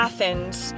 Athens